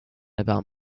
about